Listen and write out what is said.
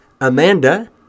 Amanda